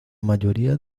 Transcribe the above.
mayoría